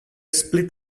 split